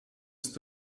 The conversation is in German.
ist